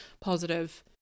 positive